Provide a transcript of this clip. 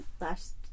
last